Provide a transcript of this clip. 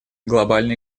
глобальный